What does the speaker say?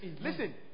Listen